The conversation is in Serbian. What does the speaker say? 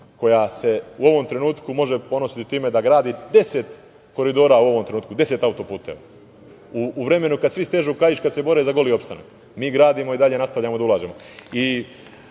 koja se u ovom trenutku može ponositi time da gradi 10 koridora u ovom trenutku, 10 autoputeva. U vremenu kada svi stežu kaiš, kada se bore za goli opstanak, mi gradimo i dalje nastavljamo da ulažemo. Kome